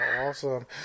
Awesome